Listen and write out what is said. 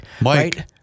Mike